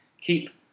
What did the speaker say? keep